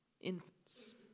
infants